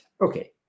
Okay